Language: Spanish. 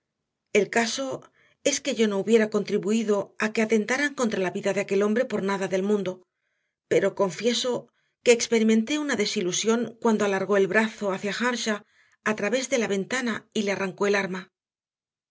el caso es que yo no hubiera contribuido a que atentaran a la vida de aquel hombre por nada del mundo pero confieso que experimenté una desilusión cuando alargó el brazo hacia earnshaw a través de la ventana y le arrancó el arma